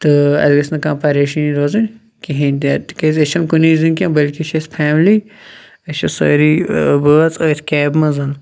تہٕ اَسہِ گَژھنہٕ کانٛہہ پَریشٲنی روزٕنۍ کِہِیٖنۍ تہِ تکیاز أسۍ چھِ نہٕ کُنی زٔنۍ کینٛہہ بلکہِ چھِ اَسہِ فیملی أسۍ چھِ سٲری بٲژۍ أتھۍ کیبہِ مَنٛز